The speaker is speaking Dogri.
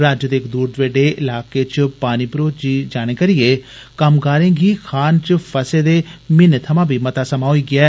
राज्य दे इक दूर दरेडे लाके च पानी भरोची जाने करिये कामगारें गी खान च फसे दे म्हीने थमां मता समा होई गेदा ऐ